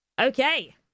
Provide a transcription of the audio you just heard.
Okay